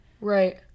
right